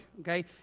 okay